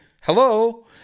hello